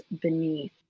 beneath